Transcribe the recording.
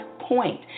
Point